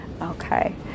Okay